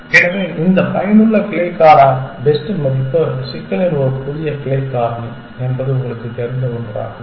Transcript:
எனவே இந்த பயனுள்ள கிளைக்கான பெஸ்ட் மதிப்பு சிக்கலின் ஒரு கிளை காரணி என்பது உங்களுக்குத் தெரிந்த ஒன்றாகும்